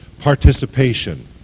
participation